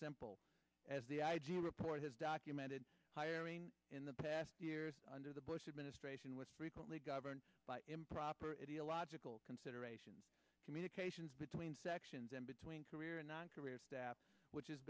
simple as the i g report has documented hiring in the past two years under the bush administration which frequently govern by improper ideological considerations communications between sections and between career and non career staff which has